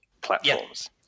platforms